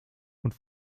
und